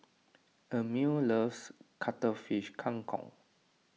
Emett loves Cuttlefish Kang Kong